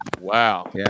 wow